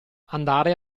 andare